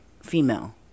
female